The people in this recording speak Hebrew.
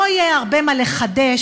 לא יהיה הרבה מה לחדש,